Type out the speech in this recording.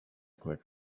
click